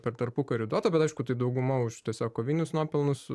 per tarpukarį duota bet aišku tai dauguma už tiesiog kovinius nuopelnus